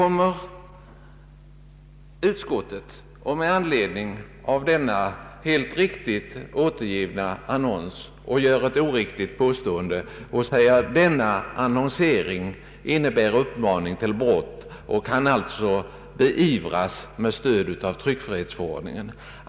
Med anledning av denna helt riktigt återgivna annons gör sedan utskottet ett oriktigt påstående och säger att en sådan annonsering innebär uppmaning till brott och kan beivras med stöd av tryckfrihetsförordningen.